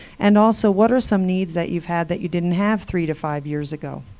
and also, what are some needs that you've had that you didn't have three to five years ago?